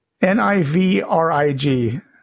Nivrig